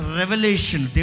revelation